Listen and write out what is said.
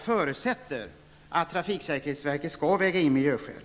förutsätter att trafiksäkerhetsverket skall väga in miljöskäl.